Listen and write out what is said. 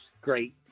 great